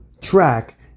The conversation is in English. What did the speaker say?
track